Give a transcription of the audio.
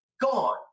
gone